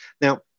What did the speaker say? now